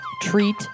treat